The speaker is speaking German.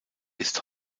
ist